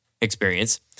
experience